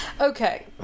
okay